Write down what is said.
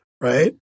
right